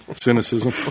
cynicism